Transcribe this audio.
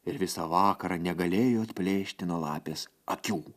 ir visą vakarą negalėjo atplėšti nuo lapės akių